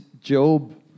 Job